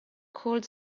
cold